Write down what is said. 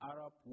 Arab